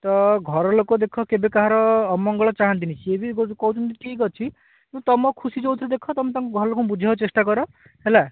ତ ଘରଲୋକ ଦେଖ କେବେ କାହାର ଅମଙ୍ଗଳ ଚାହାନ୍ତିନି ସିଏ ବି ବୋଧେ କହୁଛନ୍ତି ଠିକ୍ ଅଛି କିନ୍ତୁ ତୁମ ଖୁସି ଯେଉଁଥିରେ ଦେଖ ତୁମେ ତୁମ ଘରଲୋକଙ୍କୁ ବୁଝାଇବାକୁ ଚେଷ୍ଟା କର ହେଲା